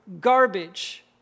garbage